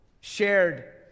shared